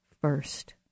first